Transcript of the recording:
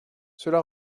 cela